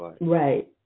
Right